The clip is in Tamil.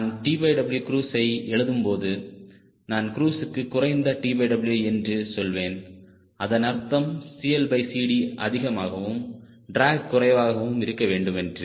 நான் TW க்ருஸை எழுதும்போது நான் க்ருஸ்க்கு குறைந்த TWஎன்று சொல்வேன் அதன் அர்த்தம் CLCD அதிகமாகவும் ட்ராக் குறைவாகவும் இருக்க வேண்டும் என்று